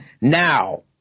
Now